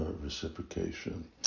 reciprocation